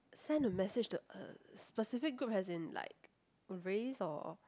send a message to a specific group as in like race or